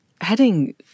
heading